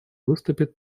выступит